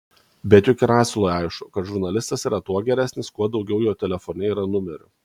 bet juk ir asilui aišku kad žurnalistas yra tuo geresnis kuo daugiau jo telefone yra numerių